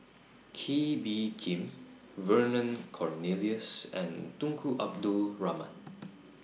Kee Bee Khim Vernon Cornelius and Tunku Abdul Rahman